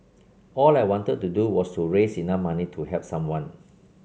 all I wanted to do was to raise enough money to help someone